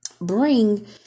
bring